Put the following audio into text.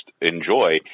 enjoy